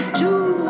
two